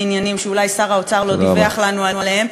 עניינים שאולי שר האוצר לא דיווח לנו עליהם.